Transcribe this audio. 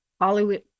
hollywood